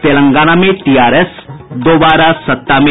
तेलंगाना में T R S दोबारा सत्ता में